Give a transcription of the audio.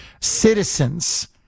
citizens